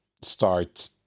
start